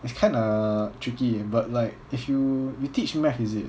it's kinda tricky but like if you you teach math is it